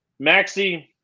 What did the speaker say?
Maxi